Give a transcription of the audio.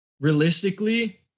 realistically